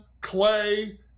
Clay